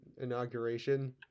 inauguration